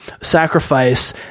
sacrifice